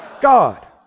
God